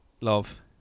Love